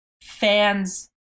fans